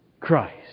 Christ